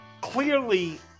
clearly